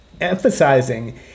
emphasizing